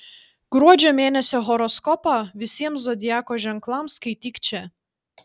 gruodžio mėnesio horoskopą visiems zodiako ženklams skaityk čia